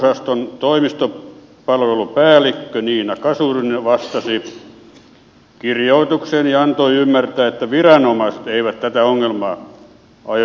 kelan palveluosaston toimistopalvelupäällikkö niina kasurinen vastasi kirjoitukseeni ja antoi ymmärtää että viranomaiset eivät tätä ongelmaa aio ratkaista